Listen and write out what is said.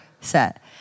set